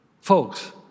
Folks